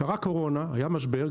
קרה קורונה, היה משבר.